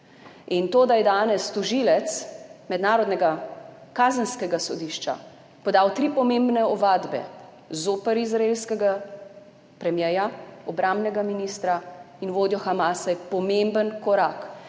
To, da je danes tožilec Mednarodnega kazenskega sodišča podal tri pomembne ovadbe zoper izraelskega premierja, obrambnega ministra in vodjo Hamasa, je pomemben korak,